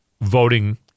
voting